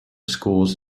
schools